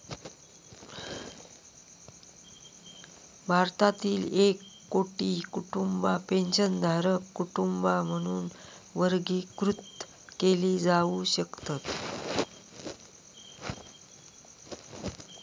भारतातील एक कोटी कुटुंबा पेन्शनधारक कुटुंबा म्हणून वर्गीकृत केली जाऊ शकतत